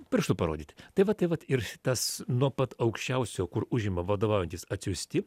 pirštu parodyt tai vat tai vat ir tas nuo pat aukščiausio kur užima vadovaujantys atsiųsti